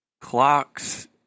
clocks